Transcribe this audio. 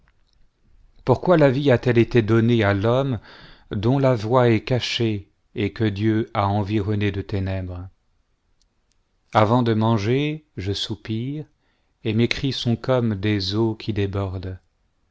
pourquoi la vie a-t-elle été donnée à l'homme dont la voie est cachée et que dieu a environné de ténèbres avant de manger je soupire et mes cris sont comme des eaux qui débordent